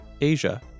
Asia